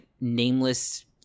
nameless